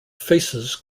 faces